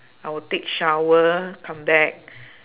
I would take shower come back